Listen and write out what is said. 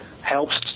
helps